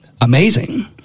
amazing